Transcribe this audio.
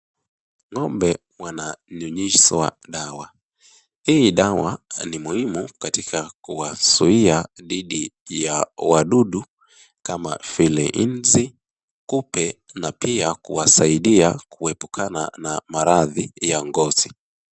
Ng'ombe wananyunyizwa dawa. Hii dawa ni muhima katika kuwazuia dhidi ya wadudu kama vile inzi, kupe na pia kuwasaidia kuepukana na maradhi ya ngozi.